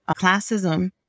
classism